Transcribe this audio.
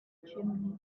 chimney